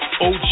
OG